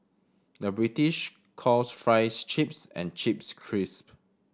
the British calls fries chips and chips crisp